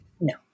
No